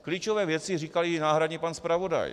Klíčové věci říkal i náhradní pan zpravodaj.